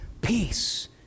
Peace